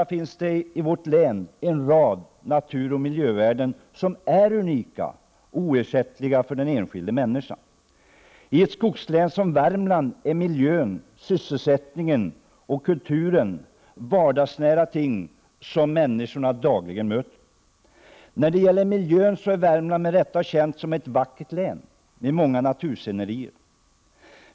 Det finns i vårt län en rad naturoch miljövärden som är unika och oersättliga för den enskilda människan. I ett skogslän som Värmland är miljön, sysselsättningen och kulturen vardagsnära ting som människorna möter dagligen. När det gäller miljön är Värmland med rätta känt som ett vackert län med många naturscenerier.